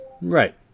Right